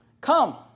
Come